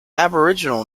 aboriginal